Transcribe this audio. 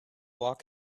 walk